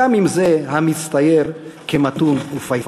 גם לא עם זה המצטייר כמתון ופייסן.